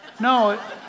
No